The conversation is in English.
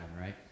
right